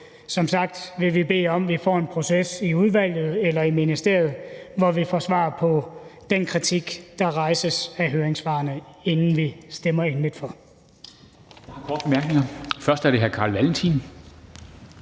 som sagt vil vi bede om, at vi får en proces i udvalget eller i ministeriet, hvor vi får svar på den kritik, der rejses i høringssvarene, inden vi stemmer endeligt for.